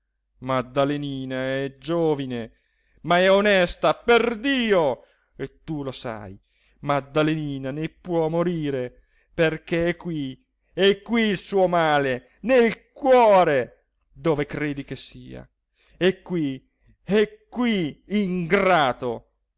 maddalenina è giovine ma è onesta perdio e tu lo sai maddalenina ne può morire perché è qui è qui il suo male nel cuore dove credi che sia è qui è qui ingrato